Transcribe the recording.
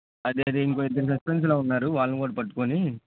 అదే అదే ఇంకో ఇద్దరు సస్పెన్స్లో ఉన్నారు వాళ్ళను కూడా పట్టుకోని